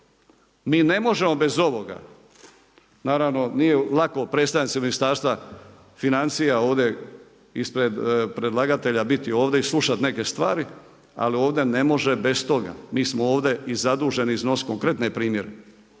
mi ne možemo bez ovoga, naravno nije lako predstavnicima Ministarstva financija ovdje ispred predlagatelja biti ovdje i slušat neke stvari, ali ovdje ne može bez toga. Mi smo ovdje i zaduženi iznositi konkretne primjere,